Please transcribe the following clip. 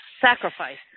sacrifice